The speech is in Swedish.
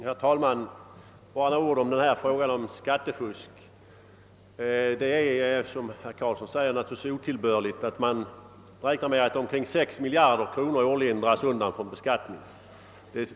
Herr talman! Jag vill bara säga några ord beträffande frågan om skattefusk. Som herr Karlsson i Huddinge framhöll är det naturligtvis otillbörligt, att årligen mycket betydande belopp — de har uppskattats till omkring 6 miljarder kronor — blir undandragna från beskattning.